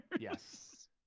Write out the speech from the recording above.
yes